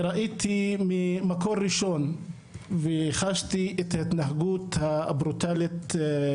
ראיתי ממקור ראשון וחשתי את ההתנהגות הברוטלית של המשטרה